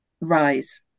RISE